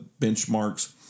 benchmarks